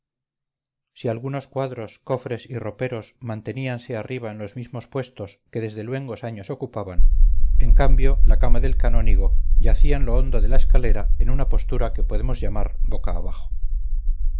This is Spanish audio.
si algunos cuadros cofres y roperos manteníanse arriba en los mismos puestos que desde luengos años ocupaban en cambio la cama del canónigo yacía en lo hondo de la escalera en una postura que podemos llamar boca abajo